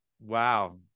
wow